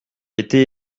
été